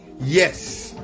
yes